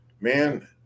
man